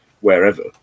wherever